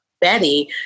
Betty